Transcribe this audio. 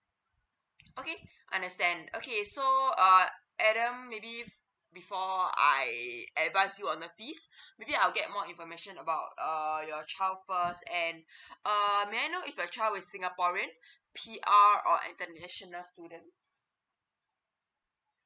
okay understand okay so err adam maybe before I advise you on the fees maybe I'll get more information about err your child first and err may I know if your child is singaporean P_R or international student